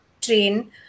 train